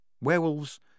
Werewolves